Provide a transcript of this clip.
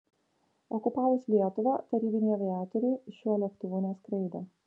okupavus lietuvą tarybiniai aviatoriai šiuo lėktuvu neskraidė